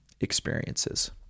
experiences